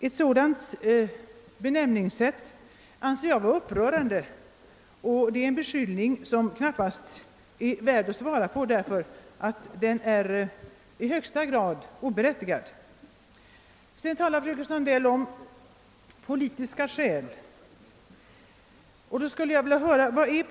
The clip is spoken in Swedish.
En sådan benämning anser jag vara upprörande och innebära en beskyllning som knappast är värd att bemöta. Den är i högsta grad oberättigad. Fröken Sandell talade vidare om politiska skäl. Vad åsyftas med detta uttryck?